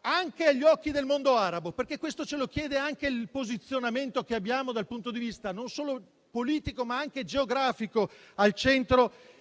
anche agli occhi del mondo arabo, perché questo ce lo chiede il posizionamento che abbiamo dal punto di vista non solo politico, ma anche geografico al centro del